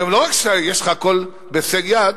היום לא רק שיש לך הכול בהישג יד,